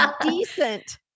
Decent